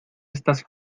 estas